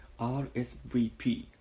RSVP